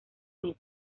meses